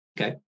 Okay